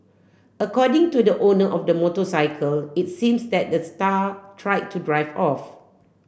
according to the owner of the motorcycle it seems that the star tried to drive off